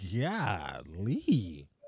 golly